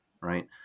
Right